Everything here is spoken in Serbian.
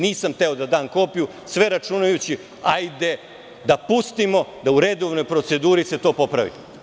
Nisam hteo da dam kopiju, sve računajući – hajde da pustimo da u redovnoj proceduri se to popravi.